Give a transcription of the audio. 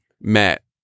Met